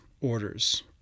orders